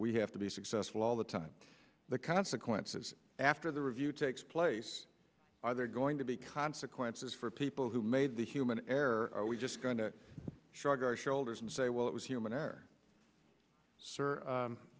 we have to be successful all the time the consequences after the review takes place are there going to be consequences for people who made the human error we just going to shrug our shoulders and say well it was human error